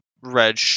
red